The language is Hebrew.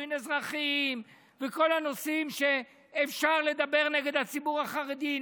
נישואין אזרחיים וכל הנושאים שאפשר לדבר בהם נגד הציבור החרדי,